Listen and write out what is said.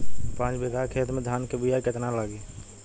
पाँच बिगहा खेत में धान के बिया केतना लागी?